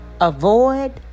avoid